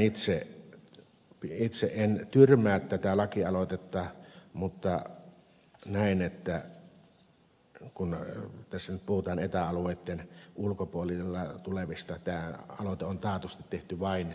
itse en tyrmää tätä lakialoitetta mutta näen että kun tässä nyt puhutaan eta alueitten ulkopuolelta tulevista niin tämä aloite on taatusti tehty vain